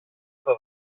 στο